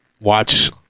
watch